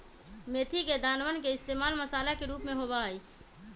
मेथी के दानवन के इश्तेमाल मसाला के रूप में होबा हई